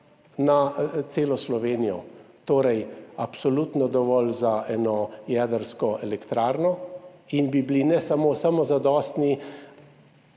na celo Slovenijo, torej absolutno dovolj za eno jedrsko elektrarno in bi bili ne samo samozadostni,